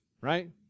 right